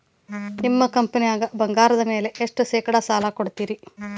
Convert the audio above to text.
ನಿಮ್ಮ ಕಂಪನ್ಯಾಗ ಬಂಗಾರದ ಮ್ಯಾಲೆ ಎಷ್ಟ ಶೇಕಡಾ ಸಾಲ ಕೊಡ್ತಿರಿ?